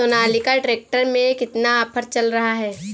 Sonalika tractor में कितना offer चल रहा है?